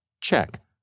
Check